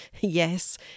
Yes